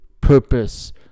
purpose